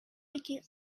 decay